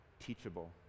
teachable